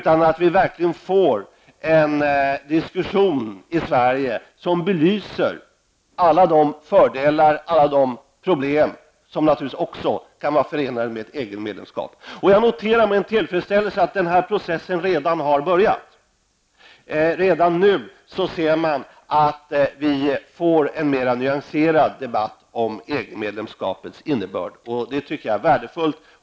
Vi måste verkligen få en diskussion i Sverige som belyser alla de fördelar och alla de problem som kan vara förenade med ett EG-medlemskap. Jag noterar med tillfredsställelse att processen redan har börjat. Man kan redan nu se att vi får en mer nyanserad debatt om EG-medlemskapets innebörd. Det tycker jag är värdefullt.